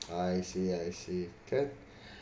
I see I see can